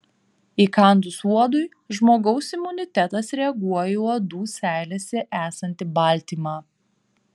įkandus uodui žmogaus imunitetas reaguoja į uodų seilėse esantį baltymą